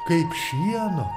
kaip šieno